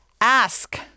ask